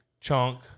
chunk